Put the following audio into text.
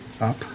up